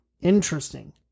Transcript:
interesting